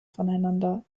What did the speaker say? voneinander